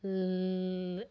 L